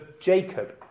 Jacob